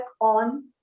on